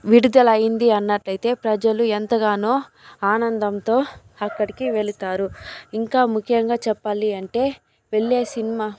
విడుదల అయింది అన్నట్లు అయితే ప్రజలు ఎంతగానో ఆనందంతో అక్కడికి వెళ్తారు ఇంకా ముఖ్యంగా చెప్పాలి అంటే వెళ్లే సినిమా